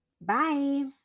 Bye